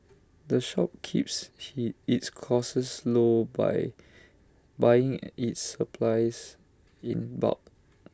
the shop keeps he its costs low by buying its supplies in bulk